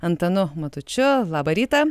antanu matučiu labą rytą